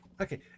okay